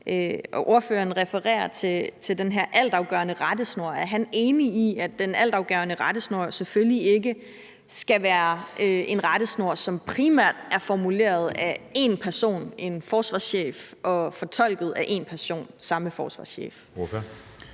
Ordføreren refererer til den her altafgørende rettesnor. Er ordføreren enig i, at den altafgørende rettesnor selvfølgelig ikke skal være en rettesnor, som primært er formuleret af én person, en forsvarschef, og fortolket af én person, nemlig samme forsvarschef? Kl.